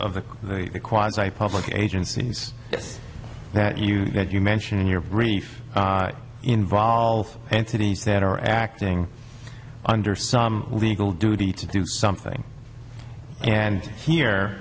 of public agencies that you that you mention in your brief involve entities that are acting under some legal duty to do something and here